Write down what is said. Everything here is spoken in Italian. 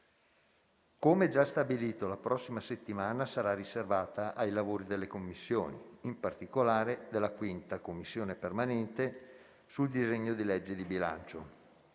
Come già stabilito, la prossima settimana sarà riservata ai lavori delle Commissioni, in particolare della 5a Commissione permanente sul disegno di legge di bilancio.